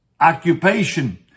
Occupation